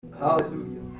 Hallelujah